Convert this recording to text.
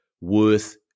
worth